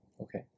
Okay